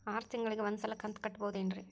ಆರ ತಿಂಗಳಿಗ ಒಂದ್ ಸಲ ಕಂತ ಕಟ್ಟಬಹುದೇನ್ರಿ?